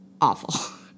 awful